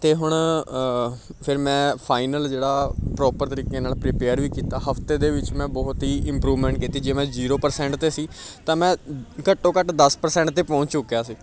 ਅਤੇ ਹੁਣ ਫਿਰ ਮੈਂ ਫਾਈਨਲ ਜਿਹੜਾ ਪ੍ਰੋਪਰ ਤਰੀਕੇ ਨਾਲ ਪ੍ਰੀਪੇਅਰ ਵੀ ਕੀਤਾ ਹਫ਼ਤੇ ਦੇ ਵਿੱਚ ਮੈਂ ਬਹੁਤ ਹੀ ਇੰਪਰੂਵਮੈਂਟ ਕੀਤੀ ਜਿਵੇਂ ਮੈ ਜੀਰੋ ਪਰਸੈਂਟ 'ਤੇ ਸੀ ਤਾਂ ਮੈਂ ਘੱਟੋ ਘੱਟ ਦਸ ਪਰਸੈਂਟ 'ਤੇ ਪਹੁੰਚ ਚੁੱਕਿਆ ਸੀ